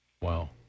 Wow